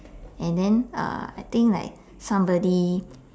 and then uh I think like somebody